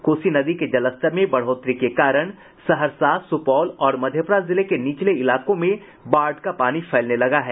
कोसी नदी के जलस्तर में बढ़ोतरी के कारण सहरसा सुपौल और मधेपुरा जिले के निचले इलाकों में बाढ़ का पानी फैलने लगा है